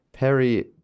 Perry